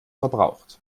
verbraucht